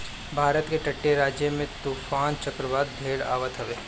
भारत के तटीय राज्य में तूफ़ान चक्रवात ढेर आवत हवे